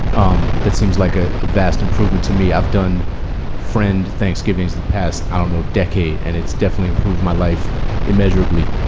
um that seems like a vast improvement to me. i've done friend thanksgivings in the past. i don't know, decade. and it's definitely improved my life immeasurably.